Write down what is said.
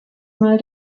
mal